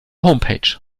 homepage